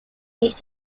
basic